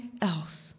else